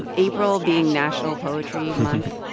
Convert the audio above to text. and april being national poetry month.